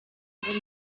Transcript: ngo